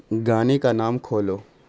گانے کا نام کھولو